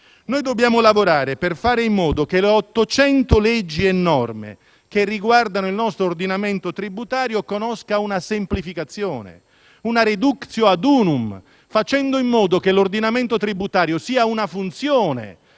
euro. Dobbiamo lavorare per far sì che le 800 leggi e norme che riguardano il nostro ordinamento tributario conoscano una semplificazione, una *reductio ad unum*, in modo che l'ordinamento tributario sia una funzione